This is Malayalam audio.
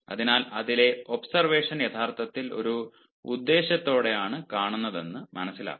അതിനാൽ അതിലെ ഒബ്സർവേഷൻ യഥാർത്ഥത്തിൽ ഒരു ഉദ്ദേശ്യത്തോടെയാണ് കാണുന്നതെന്ന് മനസ്സിലാക്കാം